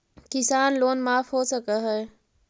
किसान लोन माफ हो सक है?